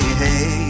hey